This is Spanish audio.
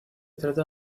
trata